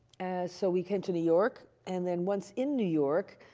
so, we came to new york. and then once in new york,